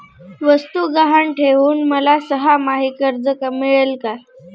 वस्तू गहाण ठेवून मला सहामाही कर्ज मिळेल का?